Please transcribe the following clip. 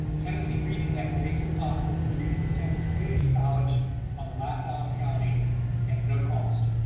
tennessee reconnect makes it possible for you to attend a community college on the last dollar scholarship at no cost.